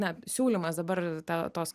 na siūlymas dabar ta tos